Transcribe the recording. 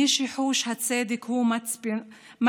מי שחוש הצדק הוא מצפנו,